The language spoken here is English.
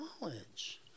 knowledge